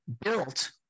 built